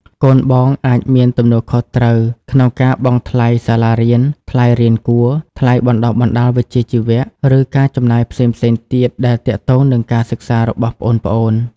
កូនបងអាចមានទំនួលខុសត្រូវក្នុងការបង់ថ្លៃសាលារៀន ថ្លៃរៀនគួរ ថ្លៃបណ្ដុះបណ្ដាលវិជ្ជាជីវៈ ឬការចំណាយផ្សេងៗទៀតដែលទាក់ទងនឹងការសិក្សារបស់ប្អូនៗ។